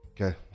Okay